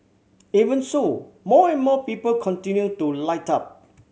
even so more and more people continue to light up